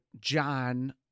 John